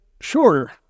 shorter